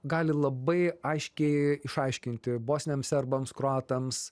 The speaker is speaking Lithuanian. gali labai aiškiai išaiškinti bosniam serbams kroatams